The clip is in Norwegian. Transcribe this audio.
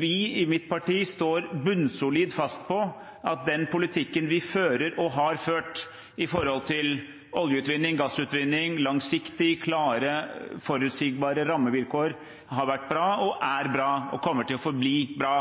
Vi i mitt parti står bunnsolid fast på at den politikken vi fører og har ført når det gjelder oljeutvinning, gassutvinning og langsiktige, klare og forutsigbare rammevilkår, har vært bra, er bra og kommer til å forbli bra.